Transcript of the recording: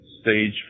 stage